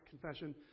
confession